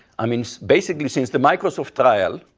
i mean basically, since the microsoft trial,